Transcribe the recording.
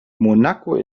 monaco